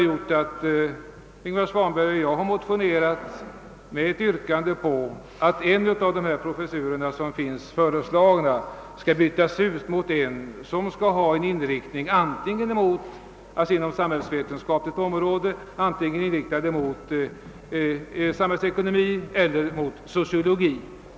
Därför har Ingvar Svanberg och jag i vår motion yrkat att en av de föreslagna professurerna skall bytas ut mot en inom samhällsvetenskapligt område som antingen är inriktad på samhällsekonomi eller på sociologi.